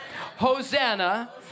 Hosanna